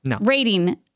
Rating